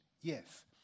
Yes